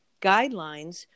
guidelines